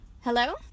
Hello